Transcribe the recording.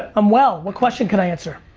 i'm well. what question can i answer?